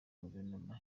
guverinoma